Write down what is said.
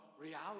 reality